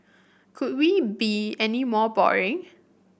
could we be any more boring